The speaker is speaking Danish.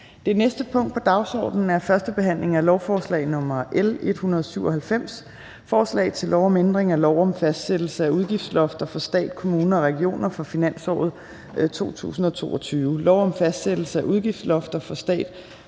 Det næste punkt på dagsordenen er: 7) 1. behandling af lovforslag nr. L 197: Forslag til lov om ændring af lov om fastsættelse af udgiftslofter for stat, kommuner og regioner for finansåret 2022, lov om fastsættelse af udgiftslofter for stat, kommuner og regioner for finansåret 2023,